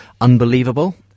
unbelievable